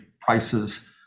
prices